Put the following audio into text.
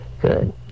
Good